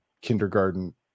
kindergarten